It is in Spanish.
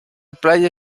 playa